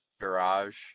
Garage